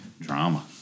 drama